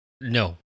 No